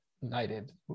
united